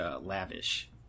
lavish